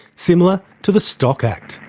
similar to the stock act.